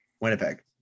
Winnipeg